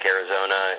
Arizona